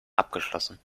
abgeschlossen